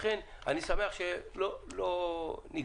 לכן אני שמח שלא נגררנו.